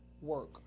work